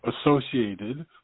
associated